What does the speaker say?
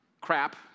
crap